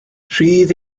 rhydd